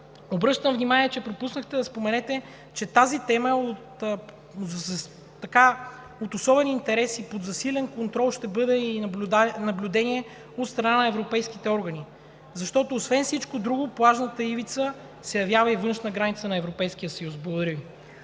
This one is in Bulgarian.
Обръщам внимание, че пропуснахте да споменете, че тази тема е от особен интерес и ще бъде под засилен контрол и наблюдение от страна на европейските органи. Защото освен всичко друго, плажната ивица се явява и външна граница на Европейския съюз. Благодаря Ви.